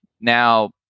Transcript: Now